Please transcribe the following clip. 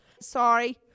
Sorry